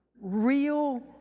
real